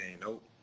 Nope